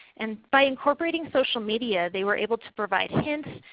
and by incorporating social media, they were able to provide hints.